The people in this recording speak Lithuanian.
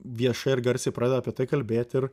viešai ir garsiai pradeda apie tai kalbėt ir